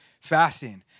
Fasting